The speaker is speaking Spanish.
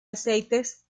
aceites